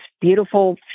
beautiful